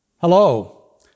Hello